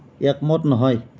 একমত নহয়